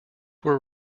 were